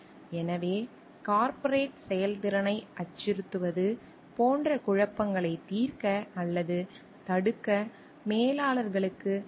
எனவே கார்ப்பரேட் செயல்திறனை அச்சுறுத்துவது போன்ற குழப்பங்களை த் தீர்க்க அல்லது தடுக்க மேலாளர்களுக்கு அதிகாரமும் பொறுப்பும் உள்ளது